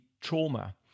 trauma